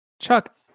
Chuck